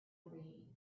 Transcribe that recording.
read